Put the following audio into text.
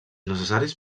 necessaris